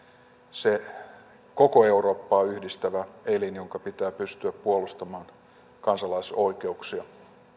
se koko eurooppaa yhdistävä elin jonka pitää pystyä puolustamaan kansalaisoikeuksia